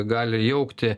gali jaukti